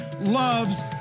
loves